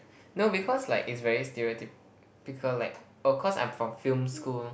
no because like it's very stereotypical like oh cause I'm from film school